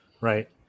right